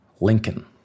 Lincoln